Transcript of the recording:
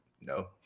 no